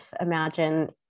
imagine